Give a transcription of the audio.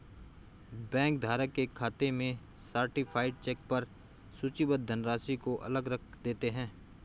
bank धारक के खाते में सर्टीफाइड चेक पर सूचीबद्ध धनराशि को अलग रख देते हैं